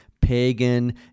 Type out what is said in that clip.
pagan